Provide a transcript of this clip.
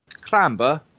clamber